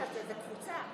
זה קבוצה.